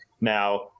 now